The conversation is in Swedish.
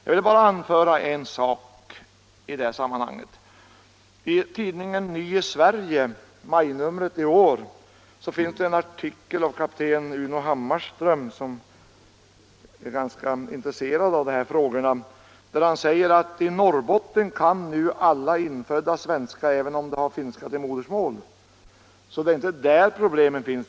Jag vill bara anföra en sak i det här sammanhanget. I majnumret för 103 i år av tidskriften Ny i Sverige finns en artikel av kapten Uno Hammarström, som är ganska intresserad av de här frågorna, där han säger: ”I Norrbotten kan nu alla infödda svenska, även om de har finska till modersmål.” Nej det är inte där problemen finns.